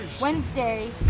Wednesday